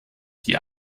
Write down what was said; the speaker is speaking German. die